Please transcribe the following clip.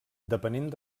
depenent